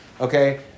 Okay